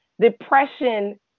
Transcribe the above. Depression